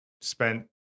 spent